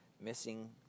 missing